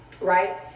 Right